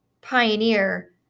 pioneer